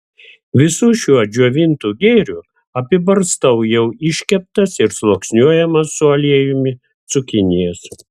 visu šiuo džiovintu gėriu apibarstau jau iškeptas ir sluoksniuojamas su aliejumi cukinijas